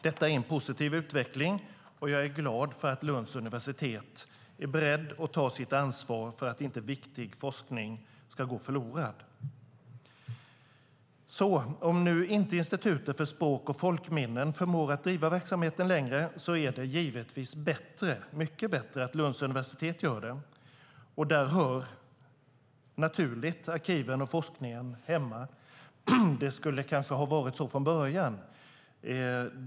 Detta är en positiv utveckling, och jag är glad för att Lunds universitet är berett att ta sitt ansvar för att inte viktig forskning ska gå förlorad. Om nu inte Institutet för språk och folkminnen förmår att driva verksamheten längre är det givetvis mycket bättre att Lunds universitet gör det. Där hör naturligt arkiven och forskningen hemma. Det skulle kanske ha varit så från början.